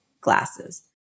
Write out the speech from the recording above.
glasses